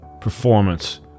performance